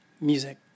music